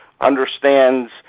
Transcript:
understands